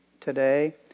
today